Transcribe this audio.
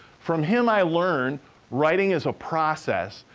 from him, i learned writing is a process.